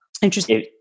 Interesting